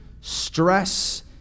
stress